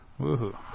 Woohoo